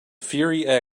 fury